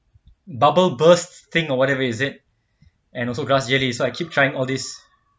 bubble burst thing or whatever is it and also grass jelly so I keep trying all these